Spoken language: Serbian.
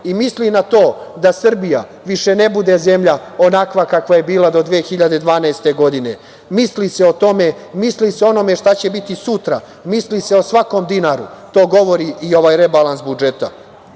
i misli na to da Srbija više ne bude zemlja onakva kakva je bila do 2012. godine. Misli se o tome, misli se o onome šta će biti sutra, misli se o svakom dinaru, to govori i ovaj rebalans budžeta. Kakva